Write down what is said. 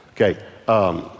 Okay